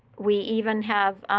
we even have